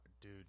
dude